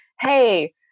Hey